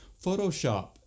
Photoshop